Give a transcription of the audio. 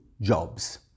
jobs